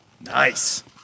Nice